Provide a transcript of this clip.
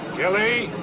kelly,